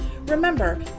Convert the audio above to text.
Remember